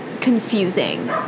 confusing